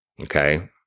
Okay